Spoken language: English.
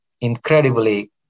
incredibly